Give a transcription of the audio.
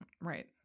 Right